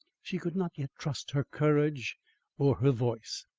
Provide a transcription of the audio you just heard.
she could not yet trust her courage or her voice.